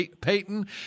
Peyton